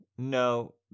No